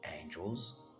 angels